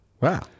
Wow